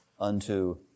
unto